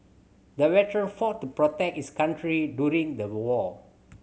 the veteran fought to protect his country during the war